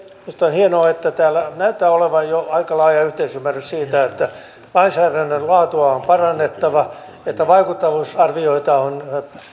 minusta on hienoa että täällä näyttää olevan jo aika laaja yhteisymmärrys siitä että lainsäädännön laatua on parannettava että vaikuttavuusarvioita on